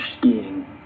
skiing